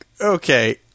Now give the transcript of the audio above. Okay